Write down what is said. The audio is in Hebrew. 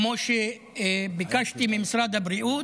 כמו שביקשתי ממשרד הבריאות,